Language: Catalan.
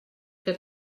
que